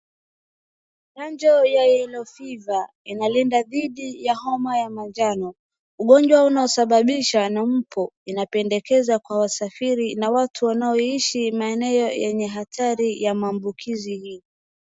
Chanjo ya yellow fever inalinda dhidi ya Homa ya majano. Ugonjwa unaosababisha na mbu. Inapendekeza kwa wasafiri na watu wanaoishi maeneo yenye hatari ya maambukizi hii.